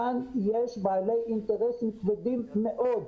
כאן יש בעלי אינטרסים כבדים מאוד.